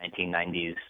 1990s